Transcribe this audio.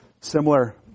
similar